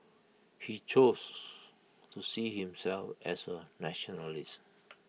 he chose to see himself as A nationalist